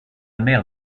mère